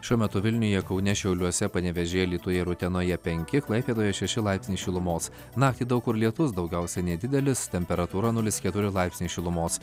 šiuo metu vilniuje kaune šiauliuose panevėžyje alytuje ir utenoje penki klaipėdoje šeši laipsniai šilumos naktį daug kur lietus daugiausiai nedidelis temperatūra nulis keturi laipsniai šilumos